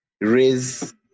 raise